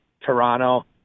Toronto